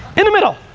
in the middle!